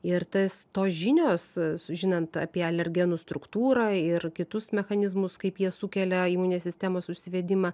ir tas tos žinios sužinant apie alergenų struktūrą ir kitus mechanizmus kaip jie sukelia imuninės sistemos užsivedimą